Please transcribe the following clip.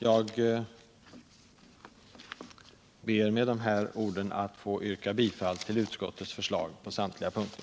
Jag ber med dessa ord att få yrka bifall till utskottets hemställan på samtliga punkter.